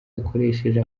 yakoresheje